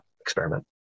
experiment